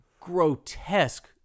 grotesque